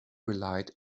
relied